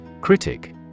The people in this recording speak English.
Critic